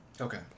Okay